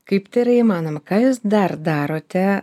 kaip tai yra įmanoma ką jūs dar darote